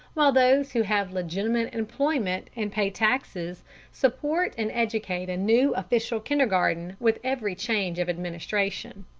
while those who have legitimate employment and pay taxes support and educate a new official kindergarten with every change of administration.